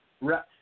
Right